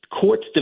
courts